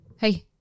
Hey